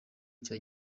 cya